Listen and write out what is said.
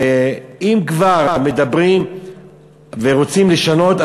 ואם כבר מדברים ורוצים לשנות,